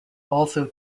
also